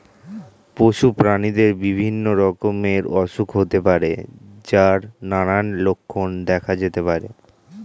পশু প্রাণীদের বিভিন্ন রকমের অসুখ হতে পারে যার নানান লক্ষণ দেখা যেতে পারে